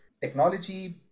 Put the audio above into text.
technology